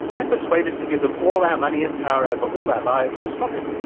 and persuade us to give them all our money and power over all our lives to stop it.